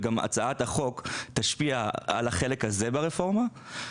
והצעת החוק תשפיע על החלק הזה ברפורמה,